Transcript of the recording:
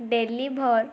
deliver